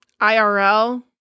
IRL